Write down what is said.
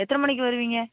எத்தனை மணிக்கி வருவீங்க